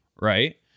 right